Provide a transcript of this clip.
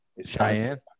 Cheyenne